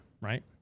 right